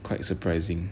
quite surprising